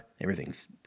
Everything's